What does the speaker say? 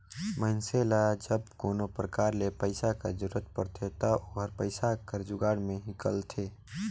मइनसे ल जब कोनो परकार ले पइसा कर जरूरत परथे ता ओहर पइसा कर जुगाड़ में हिंकलथे